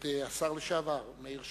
השר לשעבר מאיר שטרית,